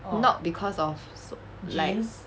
not because of s~ like